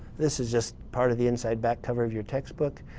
this is just part of the inside back cover of your textbook.